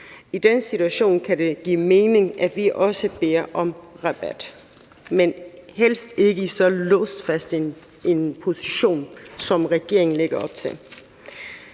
i den situation kan det give mening, at vi også beder om rabat – men helst ikke i så fastlåst en position, som regeringen lægger op til.